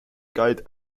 galt